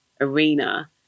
arena